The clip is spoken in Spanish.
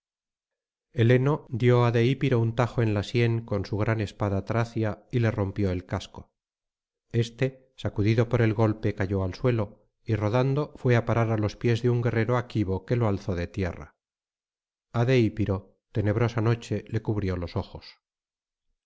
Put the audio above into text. heleno dio á deípiro un tajo en una sien con su gran espada tracia y le rompió el casco este sacudido por el golpe cayó al suelo y rodando fué á parar á los pies de un guerrero aquivo que lo alzó de tierra a deípiro tenebrosa noche le cubrió los ojos